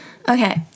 Okay